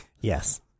Yes